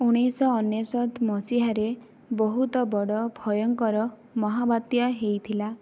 ଉଣେଇଶ ଶହ ଅନେଶତ ମସିହାରେ ବହୁତ ବଡ଼ ଭୟଙ୍କର ମହାବାତ୍ୟା ହୋଇଥିଲା